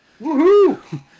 Woohoo